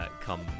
come